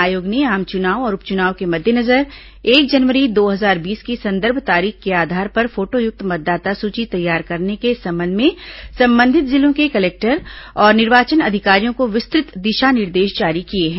आयोग ने आम चुनाव और उप चुनाव के मद्देनजर एक जनवरी दो हजार बीस की संदर्भ तारीख के आधार पर फोटोयुक्त मतदाता सूची तैयार करने के संबंध में संबंधित जिलों के कलेक्टर और निर्वाचन अधिकारियों को विस्तुत दिशा निर्देश जारी किए हैं